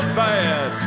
bad